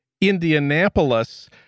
Indianapolis